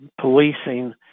policing